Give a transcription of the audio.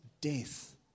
death